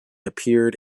appeared